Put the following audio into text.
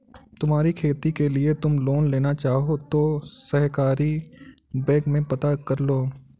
तुम्हारी खेती के लिए तुम लोन लेना चाहो तो सहकारी बैंक में पता करलो